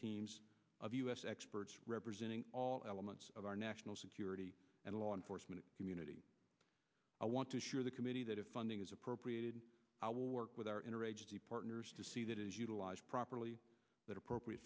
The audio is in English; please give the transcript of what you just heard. teams of u s experts representing all elements of our national security and law enforcement community i want to assure the committee that if funding is appropriated i will work with our inner agency partners to see that it is utilized properly that appropriate